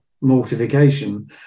mortification